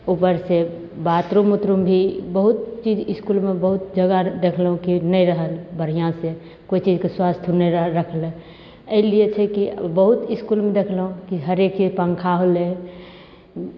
ऊपर से बाथरूम उथरूम भी बहुत चीज इसकुलमे बहुत जगह देखलहुँ कि नहि रहल बढ़िआँ से कोइ चीजके स्वस्थ नहि रखलहुँ एहि लिए छै की बहुत इसकुलमे देखलहुँ की हरेक पङ्खा होलै